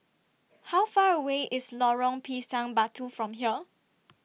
How Far away IS Lorong Pisang Batu from here